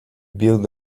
build